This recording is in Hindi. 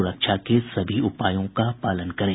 सुरक्षा के सभी उपायों का पालन करें